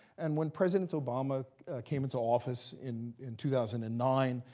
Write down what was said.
and when president obama came into office in in two thousand and nine,